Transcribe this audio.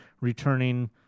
returning